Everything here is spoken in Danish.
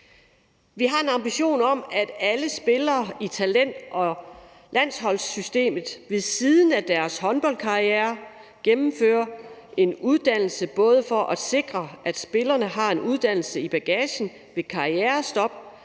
Vi har en ambition om, at alle spillere i talent- og landsholdssystemet ved siden af deres håndboldkarriere gennemfører en uddannelse, både for at sikre, at spillerne har en uddannelse i bagagen ved karrierestop,